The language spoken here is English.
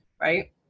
Right